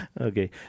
Okay